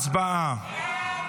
הצבעה.